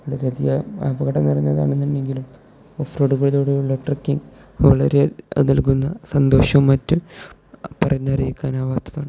അത് അപകടം നിറഞ്ഞതാണെന്നുണ്ടെങ്കിലും ഓഫ് റോഡുകളിലൂടെയുള്ള ട്രെക്കിങ് വളരെ നൽകുന്ന സന്തോഷവും മറ്റും പറഞ്ഞറിയിക്കാൻ ആകാത്തതാണ്